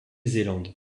zélande